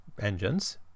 engines